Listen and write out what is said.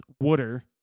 water